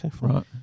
Right